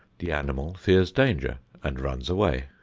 the animal fears danger and runs away,